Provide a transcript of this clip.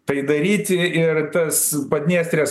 tai daryti ir tas padniestrės